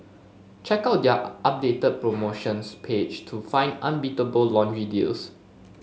check out their updated promotions page to find unbeatable laundry deals